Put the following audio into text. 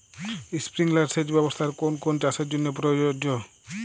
Sprinkler সেচ ব্যবস্থার কোন কোন চাষের জন্য প্রযোজ্য?